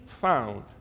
found